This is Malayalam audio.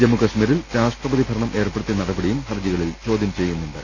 ജമ്മുകശ്മീരിൽ രാഷ്ട്രപതി ഭരണം ഏർപ്പെടുത്തിയ നടപടിയും ഹർജികളിൽ ചോദ്യം ചെയ്യുന്നുണ്ട്